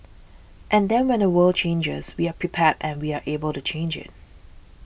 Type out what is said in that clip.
and then when the world changes we are prepared and we are able to change it